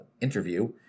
interview